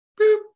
boop